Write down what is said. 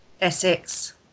Essex